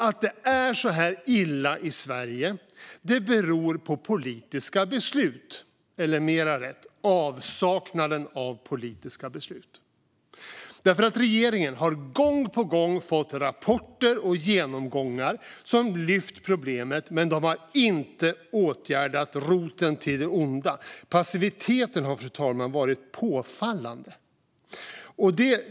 Att det är så illa i Sverige beror på politiska beslut, eller mer rätt är att säga att det beror på avsaknaden av politiska beslut. Regeringen har gång på gång fått rapporter och genomgångar som lyft problemet men inte åtgärdat roten till det onda. Passiviteten har varit påfallande.